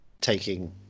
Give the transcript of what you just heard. taking